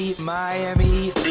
Miami